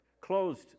closed